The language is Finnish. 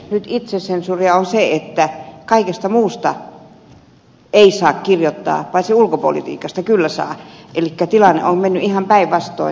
nyt itsesensuuria on se että kaikesta muusta ei saa kirjoittaa paitsi ulkopolitiikasta kyllä saa elikkä tilanne on mennyt ihan päinvastoin